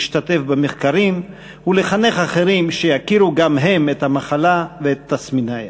להשתתף במחקרים ולחנך אחרים שיכירו גם הם את המחלה ואת תסמיניה.